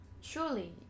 Surely